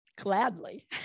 gladly